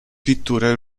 pitture